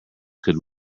could